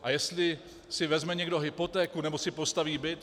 A jestli si vezme někdo hypotéku nebo si postaví byt...